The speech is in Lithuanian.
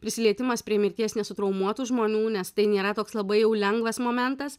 prisilietimas prie mirties nesutraumuotų žmonių nes tai nėra toks labai jau lengvas momentas